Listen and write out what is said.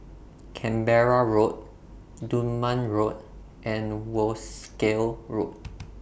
Canberra Road Dunman Road and Wolskel Road